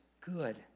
good